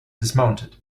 dismounted